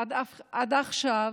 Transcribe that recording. עד עכשיו